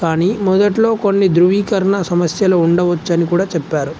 కానీ మొదట్లో కొన్ని ధృవీకరణ సమస్యలు ఉండవచ్చని కూడా చెప్పారు